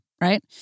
right